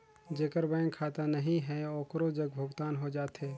जेकर बैंक खाता नहीं है ओकरो जग भुगतान हो जाथे?